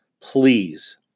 please